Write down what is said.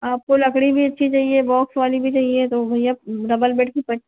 आपको लकड़ी भी अच्छी चाहिए बॉक्स वाली भी चाहिए तो भैया डबल बेड की